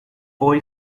hoy